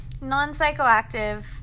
Non-psychoactive